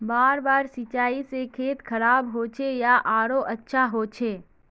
बार बार सिंचाई से खेत खराब होचे या आरोहो अच्छा होचए?